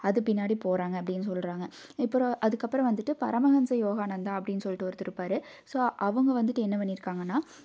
அது பின்னாடி போகறாங்க அப்படினு சொல்லுறாங்க இப்பறோம் அதுக்கப்புறோம் வந்துவிட்டு பரமஹன்ஷா யோகானந்தா அப்படினு சொல்லிட்டு ஒருத்தர் இருப்பார் ஸோ அவங்க வந்துவிட்டு என்ன பண்ணிருக்காங்கன்னா